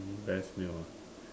hmm best meal ah